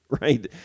right